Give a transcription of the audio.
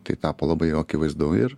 tai tapo labai jau akivaizdu ir